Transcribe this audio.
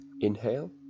inhale